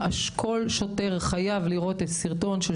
כל שוטר חייב לראות את הסרטון הזה של